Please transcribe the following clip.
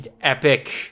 epic